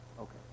okay